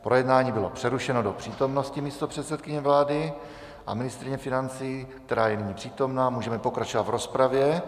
Projednání bylo přerušeno do přítomnosti místopředsedkyně vlády a ministryně financí, která je nyní přítomná, můžeme pokračovat v rozpravě.